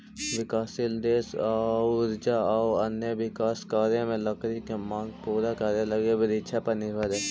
विकासशील देश ऊर्जा आउ अन्य विकास कार्य में लकड़ी के माँग पूरा करे लगी वृक्षपर निर्भर हइ